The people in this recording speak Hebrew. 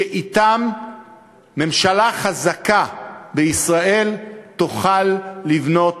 שאתם ממשלה חזקה בישראל תוכל לבנות